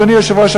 אדוני היושב-ראש,